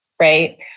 right